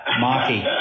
Marky